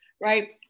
right